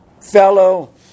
fellow